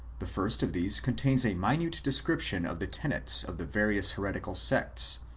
the first of these contains a minate descrip tion of the tenets of the various heretical sects,